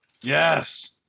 Yes